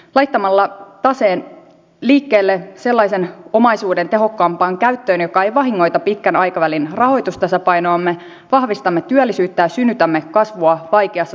laittamalla taseen liikkeelle sellaisen omaisuuden tehokkaampaan käyttöön joka ei vahingoita pitkän aikavälin rahoitustasapainoamme vahvistamme työllisyyttä ja synnytämme kasvua vaikeassa suhdannetilanteessa